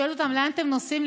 שואלת אותם: לאן אתם נוסעים?